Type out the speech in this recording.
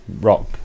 rock